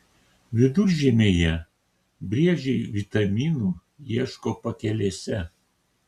viduržiemyje briedžiai vitaminų ieško pakelėse